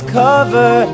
cover